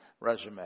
resume